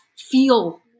feel